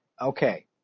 okay